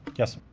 yes.